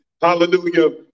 hallelujah